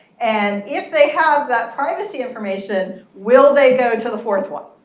and if they have that privacy information, will they go to the fourth one?